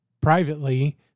privately